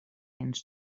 ens